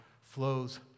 flows